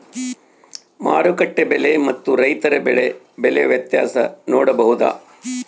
ಮಾರುಕಟ್ಟೆ ಬೆಲೆ ಮತ್ತು ರೈತರ ಬೆಳೆ ಬೆಲೆ ವ್ಯತ್ಯಾಸ ನೋಡಬಹುದಾ?